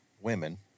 women